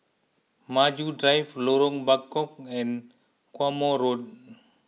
Maju Drive Lorong Bachok and Quemoy Road